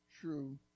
true